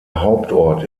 hauptort